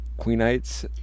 Queenites